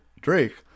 Drake